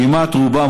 כמעט רובן,